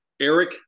Eric